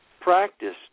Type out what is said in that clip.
practice